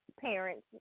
parents